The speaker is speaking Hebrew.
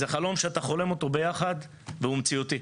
זה חלום שאתה חולם ביחד והוא מציאותי.